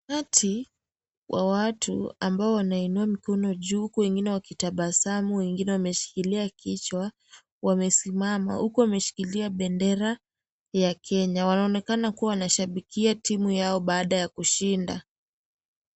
Umati wa watu ambao wanainua mikono ya juu huku wengine wakitabasamu, wengine wameshikilia kichwa wamesimama huku wameshikilia bendera ya Kenya. Wanaonekana kuwa wanashabikia timu yao baada ya kushinda.